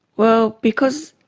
well, because